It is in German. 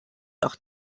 auch